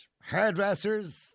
hairdressers